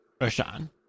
Roshan